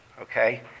okay